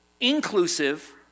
inclusive